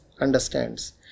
understands